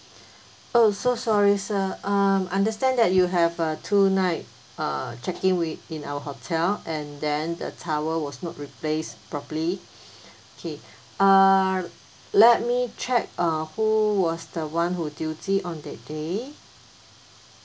oh so sorry sir um understand that you have a two night uh check in with in our hotel and then the towel was not replaced properly okay uh let me check uh who was the one who duty on that day